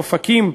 אופקים,